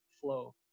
flow